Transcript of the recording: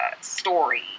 story